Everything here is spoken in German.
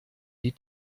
die